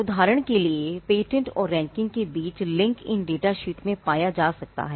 उदाहरण के लिए पेटेंट और रैंकिंग के बीच लिंक इन डेटा शीट में पाया जा सकता है